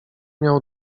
miał